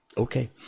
Okay